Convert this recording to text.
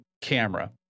camera